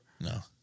No